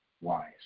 wise